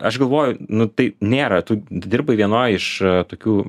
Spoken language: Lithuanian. aš galvoju nu tai nėra tu dirbai vienoj iš tokių